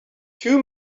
too